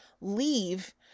leave